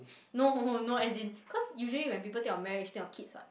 no no as in cause usually when people think of marriage think of kids [what]